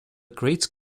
great